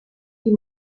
die